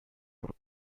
por